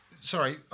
sorry